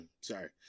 Sorry